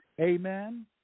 Amen